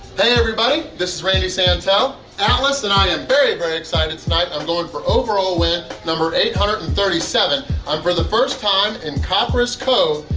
hey everybody! this is randy santel atlas and i am very, very excited tonight! i'm going for overall win number eight hundred and thirty seven i'm, for the first time, in coppers cove,